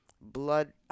blood